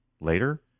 later